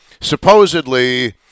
supposedly